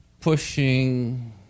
pushing